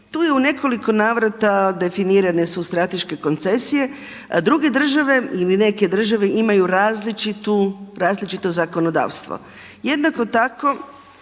Tu je u nekoliko navrata definirane su strateške koncesije, a druge države ili neke države imaju različito zakonodavstvo. Jednako tako